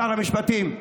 שר המשפטים.